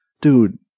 Dude